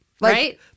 right